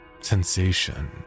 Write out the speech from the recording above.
sensation